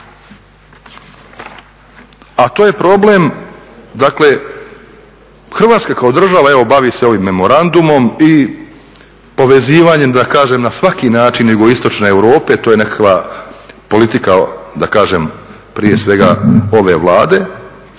a to je problem dakle Hrvatska kao država bavi se ovim memorandumom i povezivanjem na svaki način JI Europe, to je nekakva politika prije svega ove Vlade,